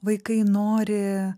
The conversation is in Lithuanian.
vaikai nori